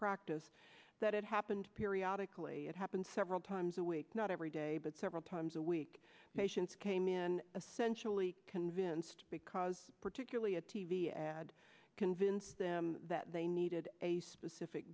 practice that it happened periodically it happened several times a week not every day but several times a week patients came in a sensually convinced because particularly a t v ad convinced them that they needed a specific